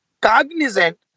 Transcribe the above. cognizant